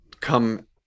come